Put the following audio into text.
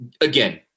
Again